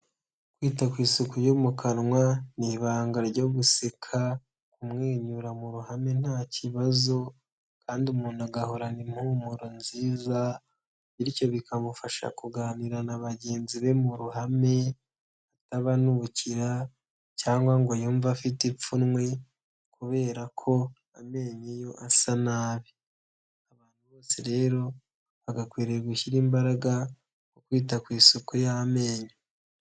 Kwita ku isuku yo mu kanwa, ni ibanga ryo guseka, kumwenyura mu ruhame nta kibazo, kandi umuntu agahorana impumuro nziza, bityo bikamufasha kuganira na bagenzi be mu ruhame, atabanukira cyangwa ngo yumva afite ipfunwe, kubera ko amenyo ye asa nabi, abantu bose rero bagakwiriye gushyira imbaraga mu kwita ku isuku y'amenyo.